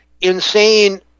insane